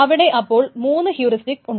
ഇവിടെ അപ്പോൾ മൂന്ന് ഹ്യൂറിസ്റ്റിക് ഉണ്ട്